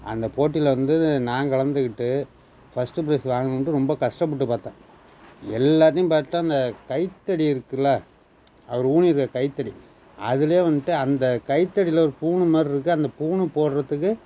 அந்த போட்டியில வந்து நான் கலந்து கிட்டு ஃபஸ்ட்டு ப்ரைஸ் வாங்கணும்ன்ட்டு ரொம்ப கஸ்டப்பட்டு பார்த்தேன் எல்லாத்தையும் பார்த்துட்டேன் அந்த கைத்தடி இருக்குதுல்ல அவரு ஊன்யிருக்க கைத்தடி அதிலே வந்துட்டு அந்த கைத்தடியில ஒரு பூணுமாரி இருக்குது அந்த பூணு போடுறதுக்கு